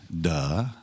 Duh